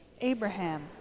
Abraham